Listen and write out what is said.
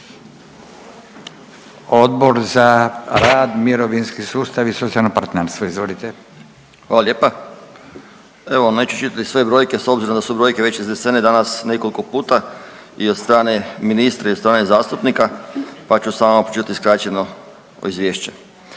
Odbor za rad, mirovinski sustav i socijalno partnerstvo. Izvolite. **Pavić, Željko (Nezavisni)** Hvala lijepa. Evo neću čitati sve brojke s obzirom da su brojke već iznesene danas nekoliko puta i od strane ministra i od strane zastupnika pa ću samo pročitati skraćeno o izvješće.